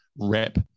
rep